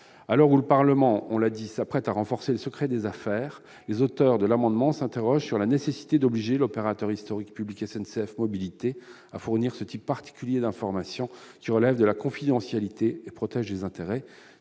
l'heure où le Parlement s'apprête à renforcer le secret des affaires, les auteurs de l'amendement s'interrogent sur la nécessité d'obliger l'opérateur historique public SNCF Mobilités à fournir ce type particulier d'informations qui relèvent de la confidentialité et de la protection des intérêts